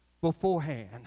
beforehand